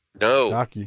No